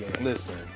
Listen